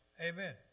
Amen